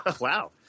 wow